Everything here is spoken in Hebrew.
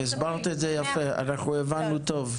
הסברת את זה יפה, הבנו היטב.